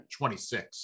26